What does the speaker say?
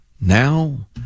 now